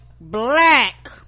black